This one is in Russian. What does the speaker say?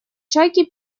шайке